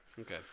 Okay